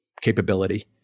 capability